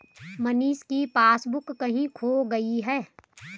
मनीष की पासबुक कहीं खो गई है